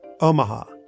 Omaha